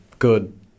good